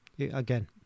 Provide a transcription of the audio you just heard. Again